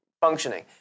functioning